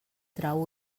trau